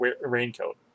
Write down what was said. raincoat